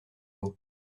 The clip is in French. mots